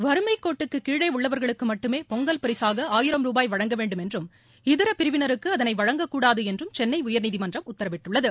வறுமைக்கோட்டு கீழே உள்ளவர்களுக்கு மட்டுமே பொங்கல் பரிசாக ஆயிரம் ரூபாய் வழங்க வேண்டும் என்றும் இதர பிரிவினருக்கு அதனை வழங்கக்கூடாது என்றும் சென்னை உயர்நீதிமன்றம் உத்தரவிட்டுள்ளது